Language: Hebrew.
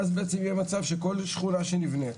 ואז בעצם יהיה מצב שכל שכונה שנבנית,